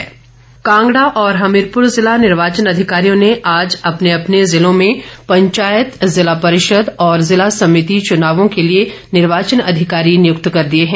नियुक्तियां कांगड़ा और हमीरपुर जिला निर्वाचन अधिकारियों ने आज अपने अपने जिलों में पंचायत जिला परिषद और जिला सभिति चुनावों के लिए निर्वाचन अधिकारी नियुक्त कर दिए हैं